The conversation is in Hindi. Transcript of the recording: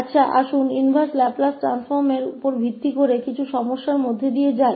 ठीक है तो चलिए इनवर्स लाप्लास परिवर्तन पर आधारित कुछ समस्याओं से गुजरते हैं